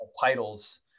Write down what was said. titles